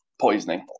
poisoning